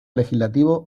legislativo